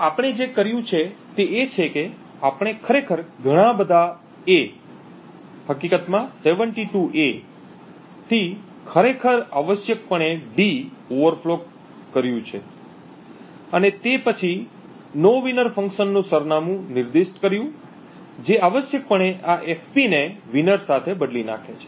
તો આપણે જે કર્યું છે તે એ છે કે આપણે ખરેખર ઘણા બધા 'A' હકીકતમાં 72 'A' થી ખરેખર આવશ્યકપણે d ઓવરફ્લો કરી કર્યું છે અને તે પછી નોવિનર ફંક્શનનું સરનામું નિર્દિષ્ટ કર્યું જે આવશ્યકપણે આ એફપી ને વિનર સાથે બદલી નાખે છે